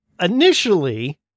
initially